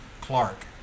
Clark